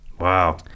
Wow